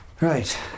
right